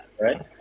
right